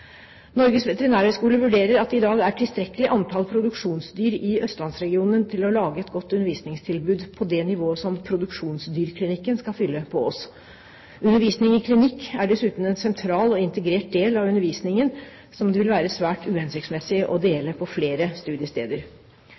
Norges veterinærhøgskole vurderer det slik at det i dag er tilstrekkelig antall produksjonsdyr i østlandsregionen til å lage et godt undervisningstilbud på det nivået som produksjonsdyrklinikken skal fylle på Ås. Undervisning i klinikk er dessuten en sentral og integrert del av undervisningen som det vil være svært uhensiktsmessig å dele på flere studiesteder.